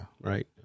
right